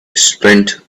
spent